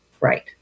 Right